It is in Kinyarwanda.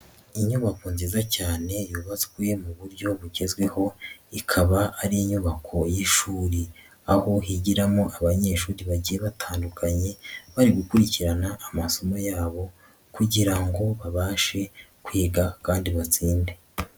Inyubako nziza cyane yubatswe mu buryo bugezweho ikaba ari inyubako y'ishuri, aho higiramo abanyeshuri bagiye batandukanye bari gukurikirana amasomo yabo kugira ngo babashe kwiga kandi batsinde.